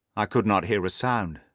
i could not hear a sound,